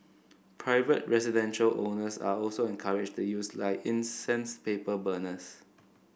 private residential owners are also encouraged to use like incense paper burners